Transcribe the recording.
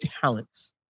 talents